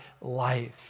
life